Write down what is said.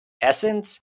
essence